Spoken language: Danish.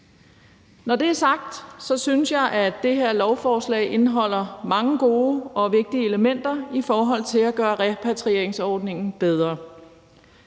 Når det er sagt, synes jeg, at det her lovforslag indeholder mange gode og vigtige elementer i forhold til at gøre repatrieringsordningen bedre.